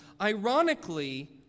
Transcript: ironically